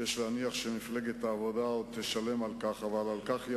אני אגיד לך מה היה